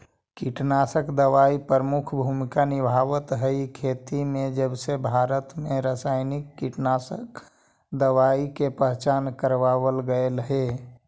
कीटनाशक दवाई प्रमुख भूमिका निभावाईत हई खेती में जबसे भारत में रसायनिक कीटनाशक दवाई के पहचान करावल गयल हे